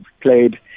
played